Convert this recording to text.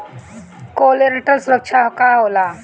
Collateral सुरक्षा का होला?